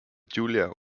julia